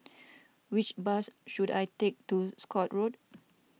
which bus should I take to Scotts Road